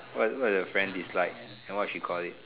what what does your friend dislike and what she call it